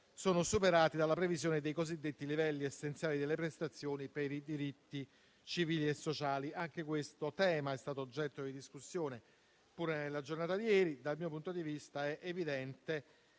sono superati dalla previsione dei cosiddetti livelli essenziali delle prestazioni (LEP) per i diritti civili e sociali. Anche questo tema è stato oggetto di discussione pure nella giornata di ieri. Dal mio punto di vista,